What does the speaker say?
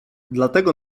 dlatego